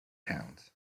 towns